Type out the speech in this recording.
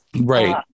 right